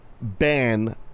ban